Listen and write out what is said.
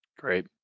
Great